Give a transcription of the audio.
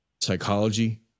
psychology